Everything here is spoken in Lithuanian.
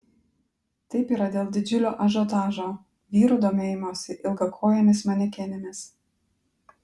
taip yra dėl didžiulio ažiotažo vyrų domėjimosi ilgakojėmis manekenėmis